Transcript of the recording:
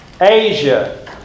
Asia